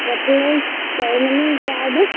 cutlet chowmein chaat